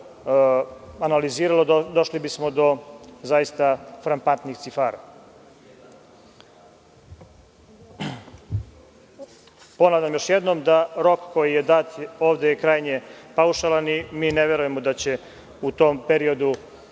analiziralo, došli bismo do zaista frapantnih cifara. Ponavljam još jednom da rok koji je dat ovde je krajnje paušalan i mi ne verujemo da ćemo u tom periodu